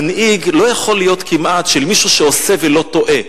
מנהיג, לא יכול להיות כמעט מישהו שעושה ולא טועה,